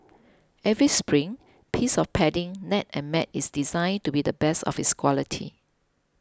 every spring piece of padding net and mat is designed to be the best of its quality